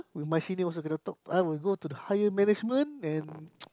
with my senior also cannot talk I will go to the higher management and